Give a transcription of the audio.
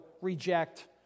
reject